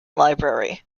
library